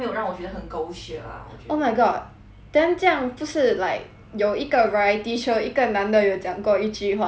oh my god then 这样不是 like 有一个 variety show 一个男的有讲过一句话 like 什么我的